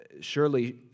surely